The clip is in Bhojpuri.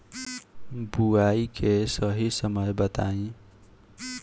बुआई के सही समय बताई?